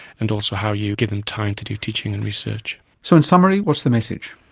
and also how you give them time to do teaching and research. so in summary, what's the message?